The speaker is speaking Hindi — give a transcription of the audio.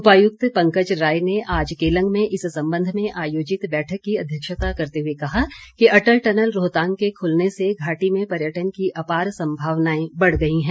उपायुक्त पंकज राय ने आज केलंग में इस संबंध में आयोजित बैठक की अध्यक्षता करते हुए कहा कि अटल टनल रोहतांग के खुलने से घाटी में पर्यटन की अपार संभावनाएं बढ़ गई हैं